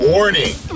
Warning